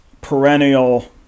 perennial